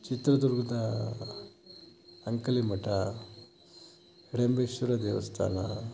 ಚಿತ್ರದುರ್ಗದ ಅಂಕಲಿ ಮಠ ಹಿಡಿಂಬೇಶ್ವರ ದೇವಸ್ಥಾನ